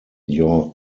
your